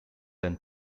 than